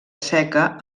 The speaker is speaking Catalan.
seca